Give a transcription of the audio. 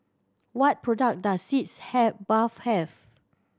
what product does Sitz have bath have